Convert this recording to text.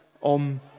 on